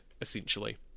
essentially